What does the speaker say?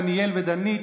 דניאל ודנית.